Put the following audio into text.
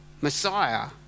Messiah